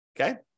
okay